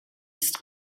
ist